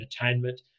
entertainment